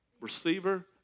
receiver